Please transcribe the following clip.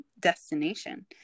destination